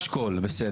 נשקול, בסדר.